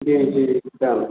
जी जी एकदम